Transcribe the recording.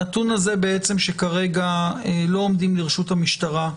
הנתון הזה, שכרגע לא עומדים לרשות המשטרה,